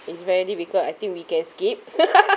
it's very difficult I think we can skip